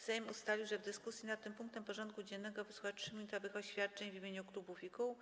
Sejm ustalił, że w dyskusji nad tym punktem porządku dziennego wysłucha 3-minutowych oświadczeń w imieniu klubów i kół.